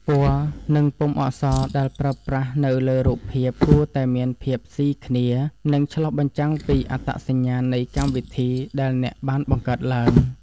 ពណ៌ និងពុម្ពអក្សរដែលប្រើប្រាស់នៅលើរូបភាពគួរតែមានភាពស៊ីគ្នា និងឆ្លុះបញ្ចាំងពីអត្តសញ្ញាណនៃកម្មវិធីដែលអ្នកបានបង្កើតឡើង។